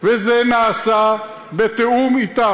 וזה נעשה בתיאום אתם.